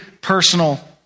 personal